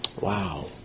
Wow